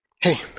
Hey